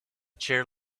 chair